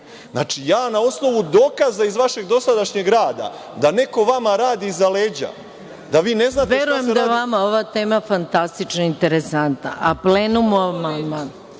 Znači, ja na osnovu dokaza iz vašeg dosadašnjeg rada, da neko vama radi iza leđa, da vi ne znate šta … **Maja Gojković** Verujem da je vama ova tema fantastično interesantna, a u plenumu